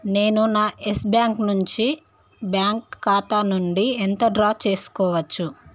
నేను నా Yes Bank నుంచి బ్యాంక్ ఖాతా నుండి ఎంత డ్రా చేసుకోవచ్చు